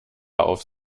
auf